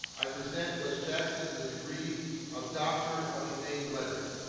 i present wes jackson for the degree of doctor of humane letters.